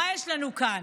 מה יש לנו כאן?